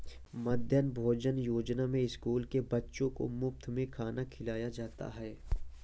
मध्याह्न भोजन योजना में स्कूल के बच्चों को मुफत में खाना खिलाया जाता है